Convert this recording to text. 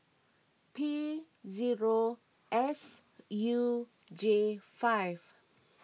P zero S U J five